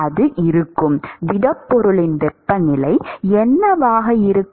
அது இருக்கும் திடப்பொருளின் வெப்பநிலை என்னவாக இருக்கும்